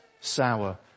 sour